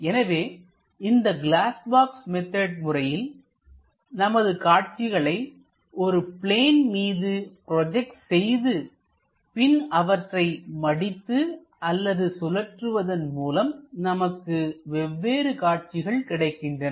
எனவே இந்த glass box method முறையில்நமது காட்சிகளை ஒரு பிளேன் மீது ப்ரொஜெக்ட் செய்து பின் அவற்றை மடித்து அல்லது சுழற்றுவதன் மூலம் நமக்கு வெவ்வேறு காட்சிகள் கிடைக்கின்றன